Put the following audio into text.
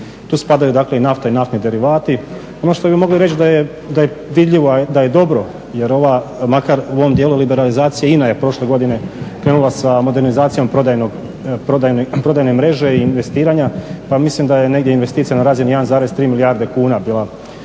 Tu spadaju dakle i nafta i naftni derivati. Ono što bi mogli reći da je dobro jer ova makar u ovom dijelu liberalizacije INA je prošle godine krenula sa modernizacijom prodajne mreže i investiranja pa mislim da je negdje investicija na razini 1,3 milijarde kuna bila